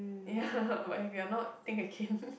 ya but if you're not think again